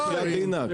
בחייאת דינאק.